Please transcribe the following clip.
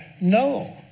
No